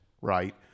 right